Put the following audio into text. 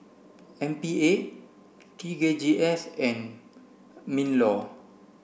M P A T K G S and MINLAW